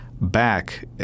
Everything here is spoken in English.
back